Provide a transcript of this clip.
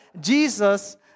Jesus